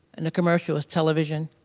and the commercial is television,